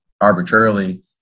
arbitrarily